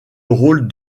rôle